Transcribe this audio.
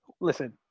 Listen